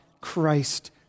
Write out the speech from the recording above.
Christ